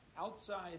Outside